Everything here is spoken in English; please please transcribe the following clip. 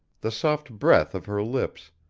the soft breath of her lips,